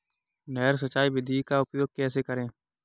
नहर सिंचाई विधि का उपयोग कैसे करें?